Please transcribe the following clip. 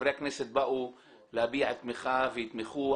חברי הכנסת באו להביע תמיכה ויתמכו.